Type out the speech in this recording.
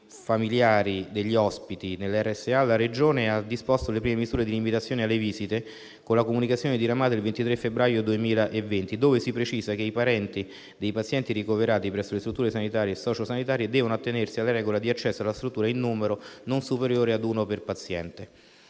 familiari degli ospiti nelle RSA, la Regione ha disposto le prime misure di limitazione alle visite con la comunicazione diramata il 23 febbraio 2020, dove si precisa che i parenti dei pazienti ricoverati presso le strutture sanitarie e sociosanitarie devono attenersi alla regola di accesso alla struttura in numero non superiore ad uno per paziente.